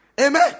Amen